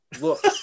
Look